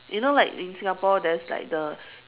you know like in Singapore there's like the